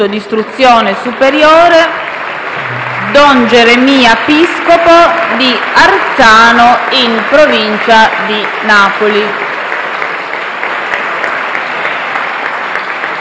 «Don Geremia Piscopo» di Arzano, in provincia di Napoli,